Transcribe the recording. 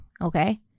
okay